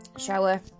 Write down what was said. Shower